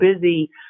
busy